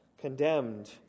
condemned